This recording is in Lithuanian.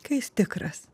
kai jis tikras